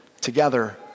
together